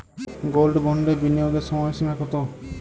Gold বন্ডে বিনিয়োগের সময়সীমা কতো?